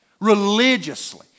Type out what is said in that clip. religiously